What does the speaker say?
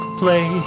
play